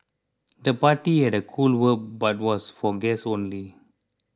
the party had a cool vibe but was for guests only